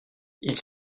ils